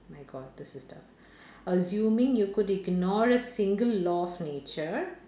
my god this is tough assuming you could ignore a single law of nature